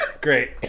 Great